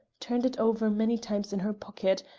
turned it over many times in her pocket,